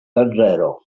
danĝero